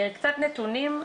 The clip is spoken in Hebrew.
קצת נתונים.